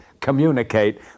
communicate